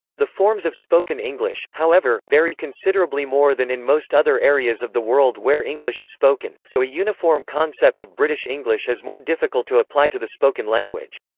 the forms of spoken english, however, vary considerably more than in most other areas of the world where english is spoken, so a uniform concept of british english is more difficult to apply to the spoken language.